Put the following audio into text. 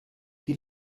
die